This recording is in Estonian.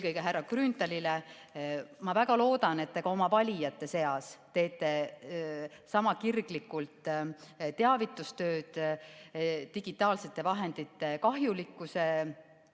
eelkõige härra Grünthalile: ma väga loodan, et te ka oma valijate seas teete sama kirglikult teavitustööd digitaalsete vahendite kahjulikkuse